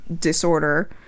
disorder